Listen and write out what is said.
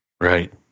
Right